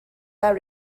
are